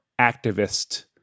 activist